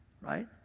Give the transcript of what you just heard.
right